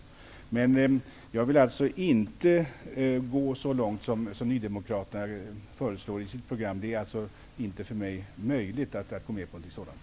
Men jag vill alltså inte gå så långt som nydemokraterna föreslår i sitt program. Det är inte möjligt för mig att gå med på någonting sådant.